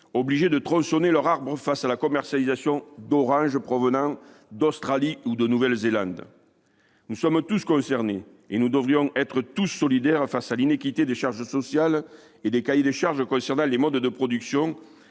obligés de tronçonner leurs arbres face la commercialisation d'oranges provenant d'Australie ou de Nouvelle-Zélande. Nous sommes tous concernés et nous devrions être tous solidaires face à l'iniquité des charges sociales et des cahiers des charges concernant les modes de production,